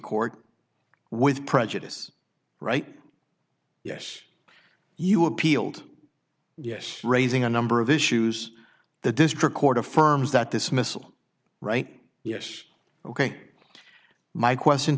court with prejudice right yes you appealed yes raising a number of issues the district court affirms that dismissal right yes ok my question